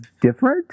different